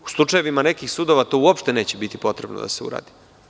U slučajevima nekih sudova, to uopšte neće biti potrebno da se uradi.